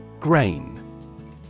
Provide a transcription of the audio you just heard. Grain